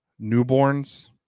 newborns